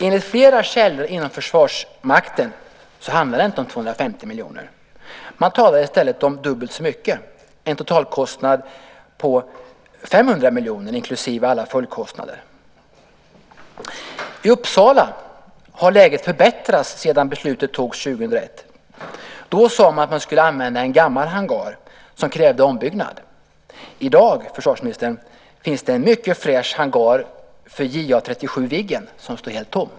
Enligt flera källor inom Försvarsmakten handlar det inte om 250 miljoner. Man talar i stället om dubbelt så mycket, en totalkostnad på 500 miljoner inklusive alla följdkostnader. I Uppsala har läget förbättrats sedan beslutet fattades 2001. Då sade man att man skulle använda en gammal hangar som krävde ombyggnad. I dag, försvarsministern, finns det en mycket fräsch hangar för JA 37 Viggen som står helt tom.